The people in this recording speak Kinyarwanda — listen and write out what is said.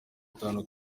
itanu